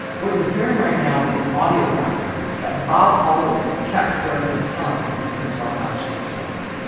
what you're hearing right now is an audio diary that bob haldeman kept during his time as nixon's white house chief of staff.